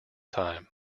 time